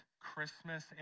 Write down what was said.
Christmas